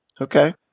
Okay